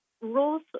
rules